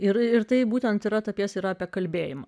ir ir tai būtent yra ta pjesė apie kalbėjimą